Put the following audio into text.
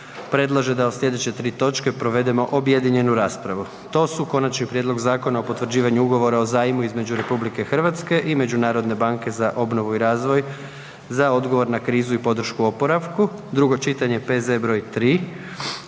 predlaže da o sljedeće 3 točke provedemo objedinjenu raspravu. To su: - Konačni prijedlog Zakona o potvrđivanju Ugovora o zajmu između Republike Hrvatske i Međunarodne banke za obnovu i razvoj za odgovor na krizu i podršku oporavku, drugo čitanje, P.Z. br. 3;